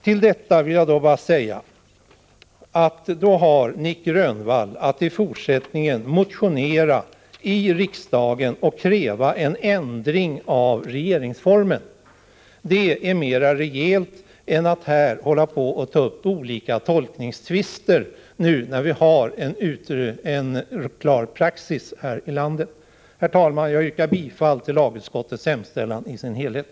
Till detta vill jag bara säga, att då har Nic Grönvall att i fortsättningen motionera i riksdagen och kräva en ändring av regeringsformen. Det är mera rejält än att på detta sätt ta upp olika tolkningstvister, när vi nu har en klar praxis här i landet. Herr talman! Jag yrkar bifall till lagutskottets hemställan i dess helhet.